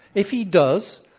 if he does,